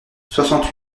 soixante